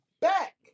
back